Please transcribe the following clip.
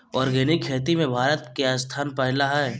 organic खेती में भारत के स्थान पहिला हइ